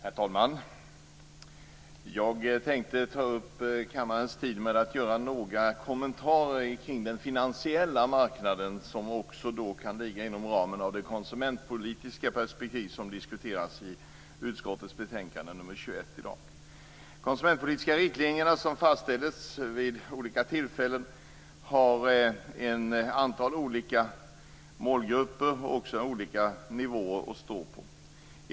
Herr talman! Jag skall ta upp kammarens tid med några kommentarer till den finansiella marknaden, som också ligger inom ramen för det konsumentpolitiska perspektiv som diskuteras i utskottets betänkande nr 21. De konsumentpolitiska riktlinjer som fastställts vid olika tillfällen har ett antal målgrupper och gäller på olika nivåer.